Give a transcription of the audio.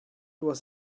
was